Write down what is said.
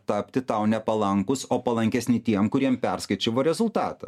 tapti tau nepalankūs o palankesni tiem kuriem perskaičiavo rezultatą